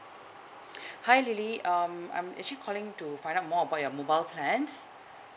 hi lily um I'm actually calling to find out more about your mobile plans